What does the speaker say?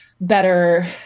better